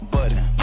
Button